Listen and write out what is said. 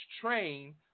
train